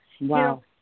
wow